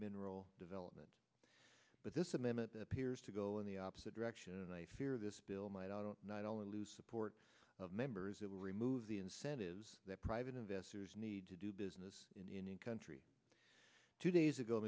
mineral development but this amendment appears to go in the opposite direction and i fear this bill might i don't not only lose support of members it will remove the incentives that private investors need to do business in country two days ago